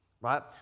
right